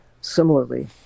similarly